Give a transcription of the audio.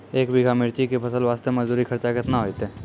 एक बीघा मिर्ची के फसल वास्ते मजदूरी खर्चा केतना होइते?